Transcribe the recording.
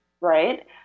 right